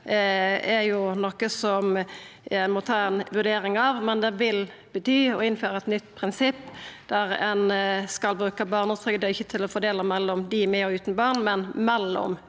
ein må gjera ei vurdering av, men det vil bety å innføra eit nytt prinsipp, der ein skal bruka barnetrygda ikkje til å fordela mellom dei med og utan barn, men mellom barnefamiliar.